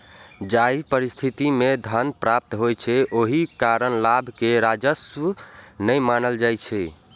जाहि परिस्थिति मे धन प्राप्त होइ छै, ओहि कारण लाभ कें राजस्व नै मानल जाइ छै